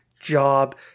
job